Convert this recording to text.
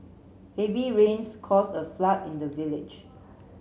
heavy rains cause a flood in the village